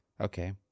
Okay